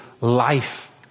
life